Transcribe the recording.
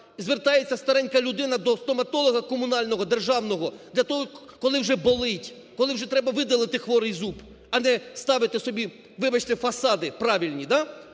звертається старенька людина до стоматолога комунального державного для того, коли вже болить, коли вже треба видалити хворий зуб, а не ставити собі, вибачте, фасади правильні,